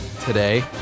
today